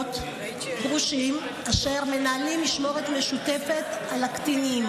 גרושים אשר מנהלים משמורת משותפת על הקטינים,